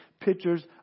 pictures